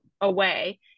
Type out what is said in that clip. away